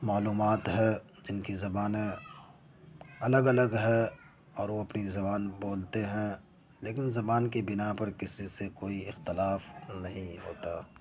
معلومات ہے جن کی زبانیں الگ الگ ہے اور وہ اپنی زبان بولتے ہیں لیکن زبان کی بنا پر کسی سے کوئی اختلاف نہیں ہوتا